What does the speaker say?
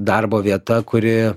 darbo vieta kuri